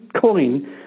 coin